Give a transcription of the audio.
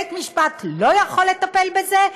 בית-המשפט לא יכול לטפל בזה?